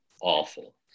awful